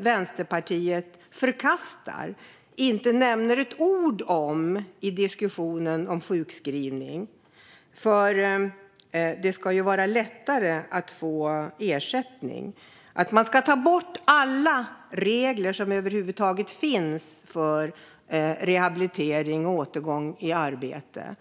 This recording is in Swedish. Vänsterpartiet förkastar och inte nämner ett ord om i diskussionen om sjukskrivning. Men man vill att det ska vara lättare att få ersättning och att alla regler som över huvud taget finns för rehabilitering och återgång i arbete ska tas bort.